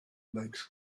legs